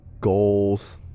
goals